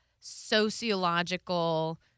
sociological